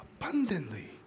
Abundantly